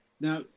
now